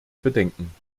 bedenken